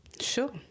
Sure